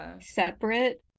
separate